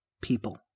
people